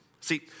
See